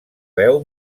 veu